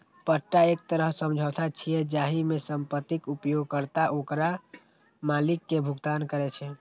पट्टा एक तरह समझौता छियै, जाहि मे संपत्तिक उपयोगकर्ता ओकर मालिक कें भुगतान करै छै